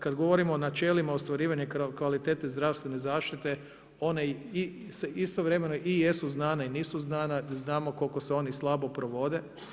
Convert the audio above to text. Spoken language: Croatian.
Kad govorimo o načelima ostvarivanja kvalitete zdravstvene zaštite one se istovremeno jesu znane i jesu znane, znamo koliko se oni slabo provode.